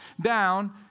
down